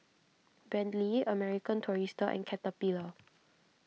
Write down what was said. Bentley American Tourister and Caterpillar